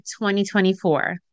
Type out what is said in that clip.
2024